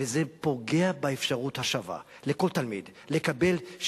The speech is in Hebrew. וזה פוגע באפשרות השווה לכל תלמיד לקבל,